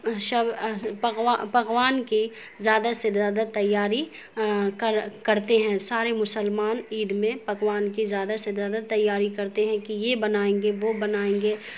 پکوان کی زیادہ سے زیادہ تیاری کر کرتے ہیں سارے مسلمان عید میں پکوان کی زیادہ سے زیادہ تیاری کرتے ہیں کہ یہ بنائیں گے وہ بنائیں گے